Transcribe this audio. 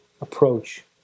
approach